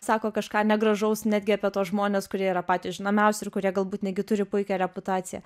sako kažką negražaus netgi apie tuos žmones kurie yra patys žinomiausi ir kurie galbūt netgi turi puikią reputaciją